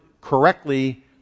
correctly